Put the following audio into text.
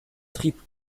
triple